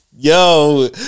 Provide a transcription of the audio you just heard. Yo